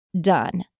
done